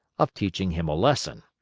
of teaching him a lesson.